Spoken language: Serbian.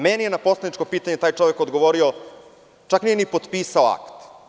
Meni je na poslaničko pitanje taj čovek odgovorio, čak nije ni potpisao akt.